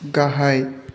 गाहाय